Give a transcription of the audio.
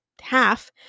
half